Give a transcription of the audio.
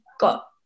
got